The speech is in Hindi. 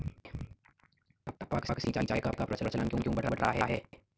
टपक सिंचाई का प्रचलन क्यों बढ़ रहा है?